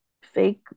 fake